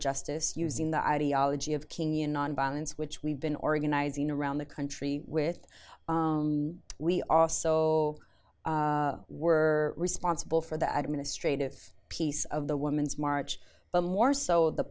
justice using the ideology of kenya nonviolence which we've been organizing around the country with we also were responsible for the administrative piece of the woman's march but more so the